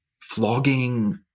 flogging